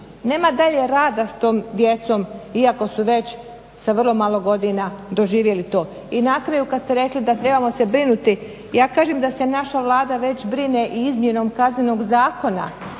nema dalje rada s tom djecom iako su već sa vrlo malo godina doživjeli to i na kraju kad ste rekli da trebamo se brinuti. Ja kažem da se naša Vlada već brine i izmjenom Kaznenog zakona